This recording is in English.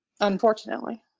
unfortunately